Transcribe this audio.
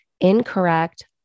incorrect